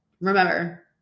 Remember